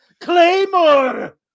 Claymore